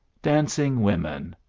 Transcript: dancing women,